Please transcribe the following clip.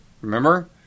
remember